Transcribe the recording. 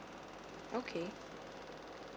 okay